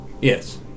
Yes